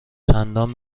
چندان